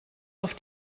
auf